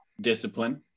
discipline